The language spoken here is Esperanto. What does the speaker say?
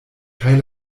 kaj